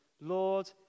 Lord